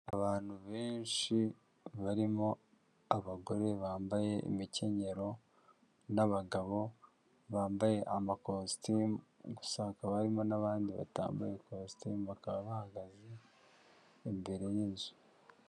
Abantu benshi barimo abagore bambaye imikenyero n'abagabo bambaye amakositimu, gusa hakaba harimo n'abandi batambaye ikositimu, bakaba bahagaze imbere yinzu.